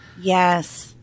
Yes